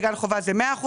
בגן חובה זה 100%,